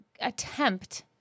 attempt